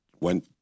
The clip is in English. went